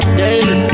baby